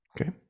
Okay